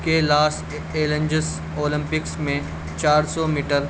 کے لاس ایلنجس اولمپکس میں چار سو میٹر